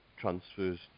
transfers